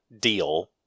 deal